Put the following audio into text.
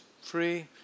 Free